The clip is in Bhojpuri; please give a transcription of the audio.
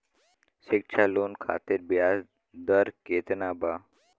शिक्षा लोन खातिर ब्याज दर केतना बा?